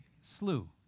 slew